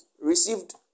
received